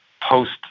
post